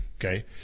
Okay